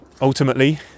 ultimately